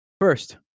first